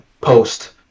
post